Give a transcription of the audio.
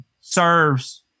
serves